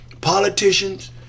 politicians